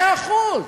מאה אחוז,